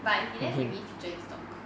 but in the end he only feature his dog